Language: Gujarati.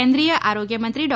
કેન્દ્રીય આરોગ્યમંત્રી ડૉ